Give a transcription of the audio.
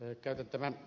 herra puhemies